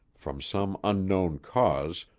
from some unknown cause,